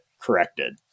corrected